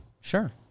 Sure